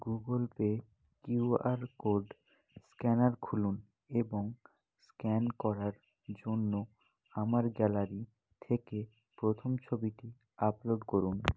Google Pay Q R code scanner খুলুন এবং scan করার জন্য আমার গ্যালারি থেকে প্রথম ছবিটি আপলোড করুন